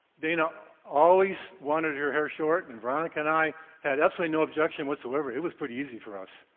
dana always wanted her hair short, and veronica and i had absolutely no objection, whatsoever it was pretty easy for us.